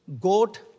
goat